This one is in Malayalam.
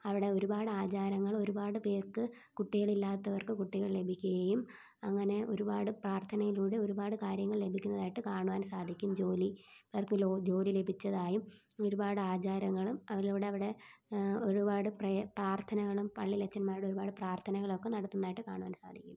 അവിടെ ഒരുപാട് ആചാരങ്ങളും ഒരുപാട് പേർക്ക് കുട്ടികളില്ലാത്തവർക്ക് കുട്ടികൾ ലഭിക്കുകയും അങ്ങനെ ഒരുപാട് പ്രാർത്ഥനയിലൂടെ ഒരുപാട് കാര്യങ്ങൾ ലഭിക്കുന്നതായിട്ട് കാണുവാൻ സാധിക്കും ജോലിക്കാർക്ക് ജോലി ലഭിച്ചതായും ഒരുപാട് ആചാരങ്ങളും അതിലൂടെ അവിടെ ഒരുപാട് പ്രെ പ്രാർത്ഥനകളും പള്ളീലച്ചന്മാരുടെ ഒരുപാട് പ്രാർത്ഥനകളൊക്കെ നടത്തുന്നതായിട്ട് കാണുവാൻ സാധിക്കും